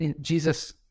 Jesus